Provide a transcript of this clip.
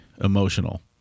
emotional